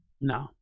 No